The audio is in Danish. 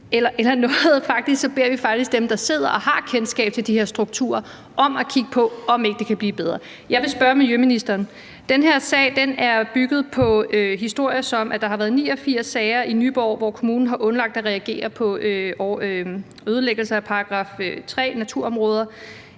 eller noget. Vi beder faktisk dem, der sidder og har kendskab til de her strukturer, om at kigge på, om ikke det kan blive bedre. Jeg vil spørge miljøministeren om noget. Den her sag er bygget på historier, som bl.a. handler om, at der har været 89 sager i Nyborg, hvor kommunen har undladt at reagere på ødelæggelser af § 3-naturområder.